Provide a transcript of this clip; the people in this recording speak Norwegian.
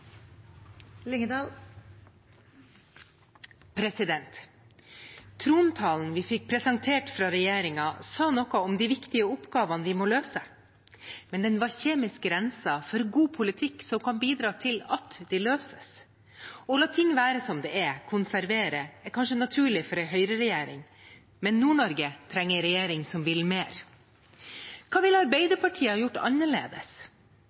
Trontalen vi fikk presentert fra regjeringen, sa noe om de viktige oppgavene vi må løse, men den var kjemisk renset for god politikk som kan bidra til at de løses. Å la ting være som de er, å konservere, er kanskje naturlig for en høyreregjering, men Nord-Norge trenger en regjering som vil mer. Hva ville Arbeiderpartiet ha gjort annerledes?